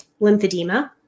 lymphedema